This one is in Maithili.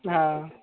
हँ